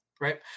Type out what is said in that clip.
right